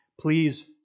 Please